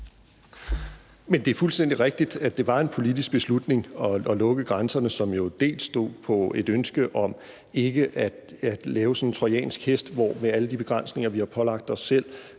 Det er fuldstændig rigtigt, at det var en politisk beslutning at lukke grænserne, som jo bl.a. stod på ryggen af et ønske om ikke at lave sådan en trojansk hest, hvor vi samtidig med alle de begrænsninger, vi har pålagt os selv,